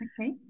okay